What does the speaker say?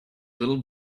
little